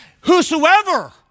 whosoever